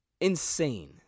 insane